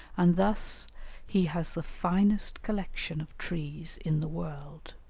and thus he has the finest collection of trees in the world.